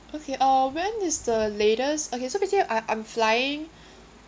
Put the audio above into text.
okay uh when is the latest okay so basically I I'm flying